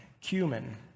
cumin